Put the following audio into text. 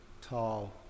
tall